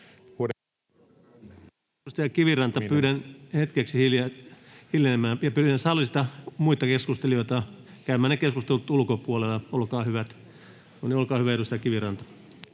Edustaja Kiviranta, pyydän hetkeksi hiljenemään. — Pyydän salissa muita keskustelijoita käymään ne keskustelut ulkopuolella, olkaa hyvät. — No niin,